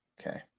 Okay